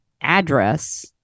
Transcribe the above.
address